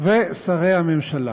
ושרי הממשלה,